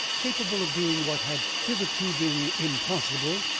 capable of doing what had hitherto been impossible,